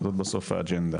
בסוף האג'נדה.